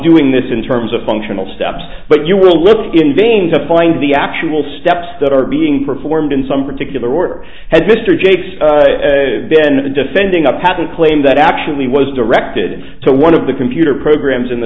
doing this in terms of functional steps but you will look in vain to find the actual steps that are being performed in some particular order has mr jakes been defending a patent claim that actually was directed to one of the computer programs in the